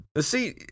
See